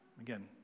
Again